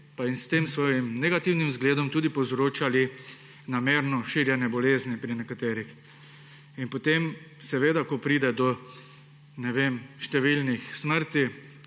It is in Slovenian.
s tem svojim negativnim zgledom tudi povzročali namerno širjenje bolezni pri nekaterih. Seveda, potem ko pride do številnih smrti,